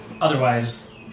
Otherwise